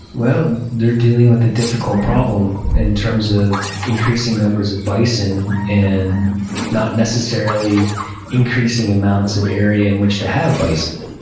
well, they're dealing with a difficult problem in terms of increasing numbers of bison and not necessarily increasing amounts of area in which to have bison.